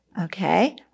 Okay